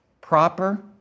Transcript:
proper